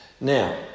Now